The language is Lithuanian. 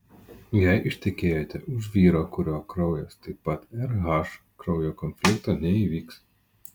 jei ištekėjote už vyro kurio kraujas taip pat rh kraujo konflikto neįvyks